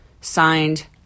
Signed